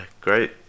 great